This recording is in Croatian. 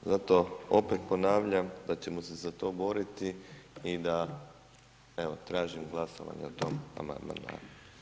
Zato opet ponavljam da ćemo se za to boriti i da evo tražim glasovanje o tom amandmanu.